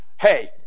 Hey